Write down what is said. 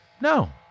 No